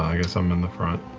i guess i'm in the front.